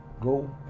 go